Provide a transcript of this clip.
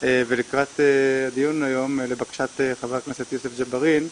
לקראת הדיון היום, לבקשת חבר הכנסת יוסף ג'בארין,